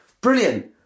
brilliant